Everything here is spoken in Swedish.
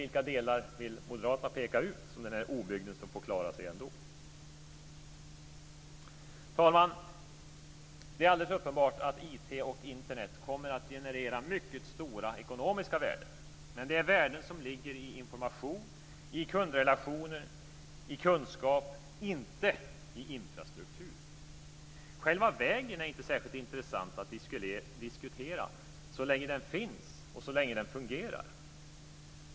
Vilka delar vill Moderaterna peka ut som obygden som får klara sig ändå? Fru talman! Det är alldeles uppenbart att IT och Internet kommer att generera stora ekonomiska värden. Men det är värden som ligger i information, i kundrelationer, i kunskap, inte i infrastruktur. Själva vägen är inte särskilt intressant att diskutera, så länge den finns och fungerar.